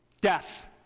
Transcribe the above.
death